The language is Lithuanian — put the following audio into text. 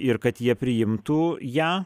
ir kad jie priimtų ją